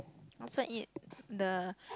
I also eat the